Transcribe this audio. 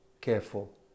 careful